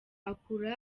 akura